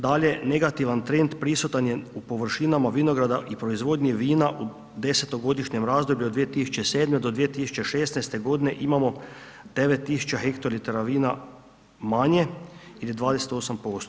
Dalje, negativan trend prisutan je u površinama vinograda i proizvodnji vina u desetogodišnjem razdoblju od 2007. do 2016.g. imamo 9000 hektolitara vina manje ili 28%